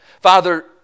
Father